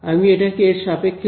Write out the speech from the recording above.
আমি এটাকে এর সাপেক্ষে লিখব